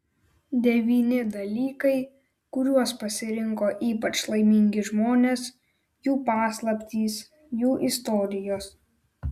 devyni dalykai kuriuos pasirinko ypač laimingi žmonės jų paslaptys jų istorijos